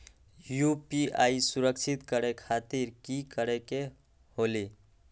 UPI सुरक्षित करे खातिर कि करे के होलि?